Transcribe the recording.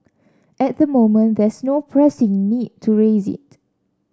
at the moment there's no pressing need to raise it